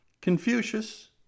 Confucius